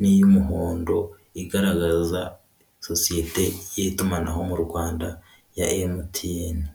n'iy'umuhondo, igaragaza sosiyete y'itumanaho mu Rwanda ya emutiyeni.